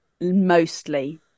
mostly